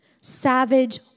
Savage